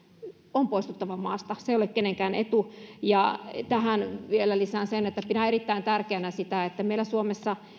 on poistuttava maasta muu ei ole kenenkään etu tähän vielä lisään sen että pidän erittäin tärkeänä sitä että meillä suomessa